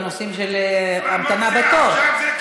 בנושאים של המתנה בתור.